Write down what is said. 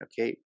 okay